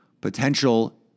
potential